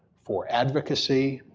for advocacy,